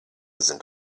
sind